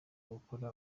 gukora